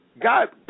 god